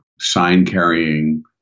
sign-carrying